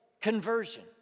conversion